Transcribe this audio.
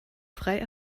frei